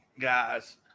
guys